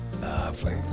Lovely